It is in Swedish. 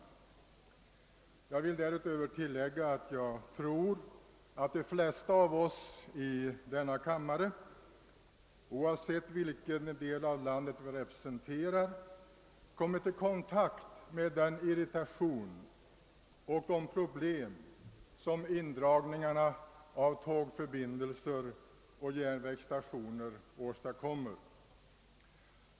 Därutöver vill jag tillägga att jag tror att de flesta av oss i denna kammare, oavsett vilken del av landet vi representerar, kommit i kontakt med den irritation och de problem som indragningarna av tågförbindelser och järnvägsstationer åstadkommer.